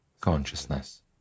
consciousness